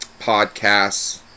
podcasts